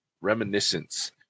reminiscence